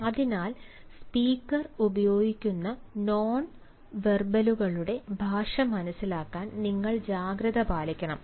അതിനാൽ സ്പീക്കർ ഉപയോഗിക്കുന്ന നോൺവെർബലുകളുടെ ഭാഷ മനസിലാക്കാൻ നിങ്ങൾ ജാഗ്രത പാലിക്കണം